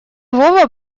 вова